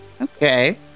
Okay